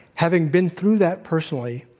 having been through that personally,